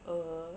err